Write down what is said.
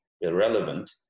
irrelevant